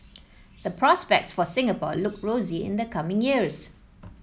the prospects for Singapore look rosy in the coming years